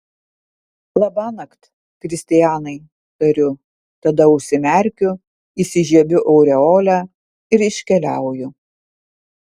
labanakt kristianai tariu tada užsimerkiu įsižiebiu aureolę ir iškeliauju